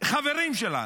חברים שלנו,